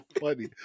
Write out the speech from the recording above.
funny